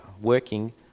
working